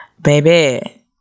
baby